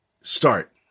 Start